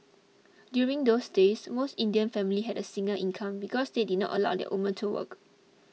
during those days most Indian families had single income because they did not allow their women to work